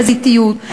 תזזיתיות,